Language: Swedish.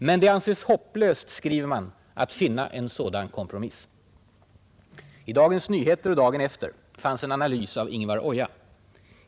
”Men det anses hopplöst”, skriver man, ”att finna en sådan kompromiss”. I Dagens Nyheter dagen efter fanns en analys av Ingvar Oja.